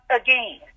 again